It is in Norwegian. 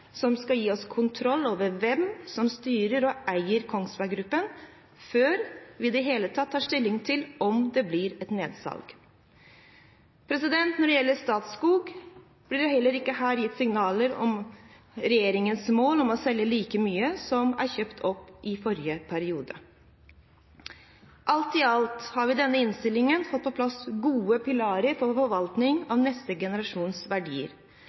som skal gi oss kontroll over hvem som styrer og eier Kongsberg Gruppen, før vi i det hele tatt tar stilling til om det blir et nedsalg. Når det gjelder Statskog, blir det heller ikke her gitt signaler om regjeringens mål om å selge like mye som det ble kjøpt opp i forrige periode. Alt i alt har vi i denne innstillingen fått på plass gode pilarer for forvaltningen av neste generasjons verdier.